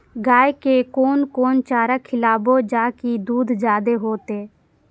गाय के कोन कोन चारा खिलाबे जा की दूध जादे होते?